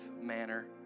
manner